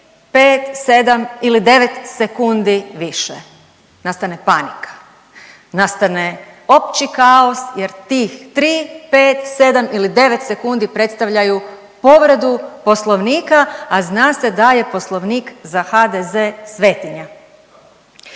5, 7 ili 9 sekundi više nastane panika, nastane opći kaos jer tih 3, 5, 7 ili 9 sekundi predstavljaju povredu poslovnika, a zna se da je poslovnik za HDZ svetinja.